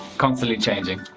constantly changing.